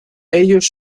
ellos